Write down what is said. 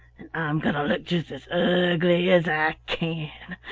and i'm going to look just as ugly as i can.